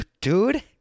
dude